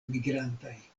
migrantaj